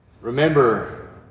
remember